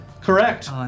Correct